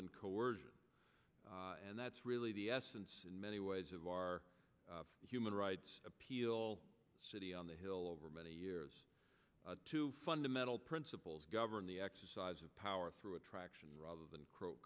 coercion and that's really the essence in many ways of our human rights appeal city on the hill over many years two fundamental principles govern the exercise of power through attraction rather than